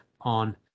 on